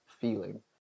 feeling